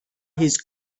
his